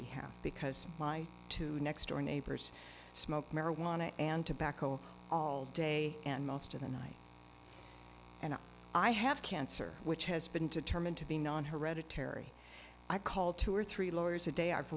behalf because my two next door neighbors smoked marijuana and tobacco all day and most of the night and i have cancer which has been determined to be non hereditary i called two or three lawyers a day i've